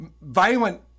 violent